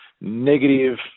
negative